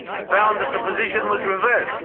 found that the position was reversed,